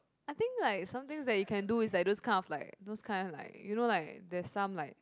I think like something that you can do is like those kind of like those kind of like you know like the sum like